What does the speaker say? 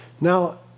Now